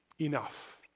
enough